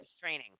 training